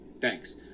Thanks